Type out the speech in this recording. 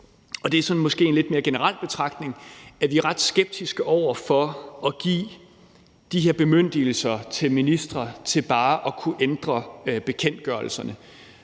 det er måske sådan en lidt mere generel betragtning – at vi er ret skeptiske over for at give de her bemyndigelser til ministre til bare at kunne ændre bekendtgørelserne.